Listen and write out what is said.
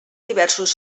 diversos